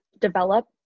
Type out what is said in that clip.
develop